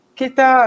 kita